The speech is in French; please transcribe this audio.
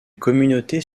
communautés